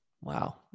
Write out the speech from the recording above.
Wow